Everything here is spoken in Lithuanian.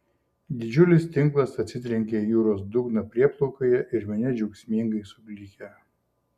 didžiulis tinklas atsitrenkia į jūros dugną prieplaukoje ir minia džiaugsmingai suklykia